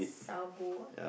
sabo ah